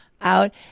out